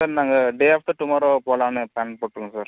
sir நாங்கள் day after tomorrow போகலான்னு plan போட்டிருக்கோம் சார்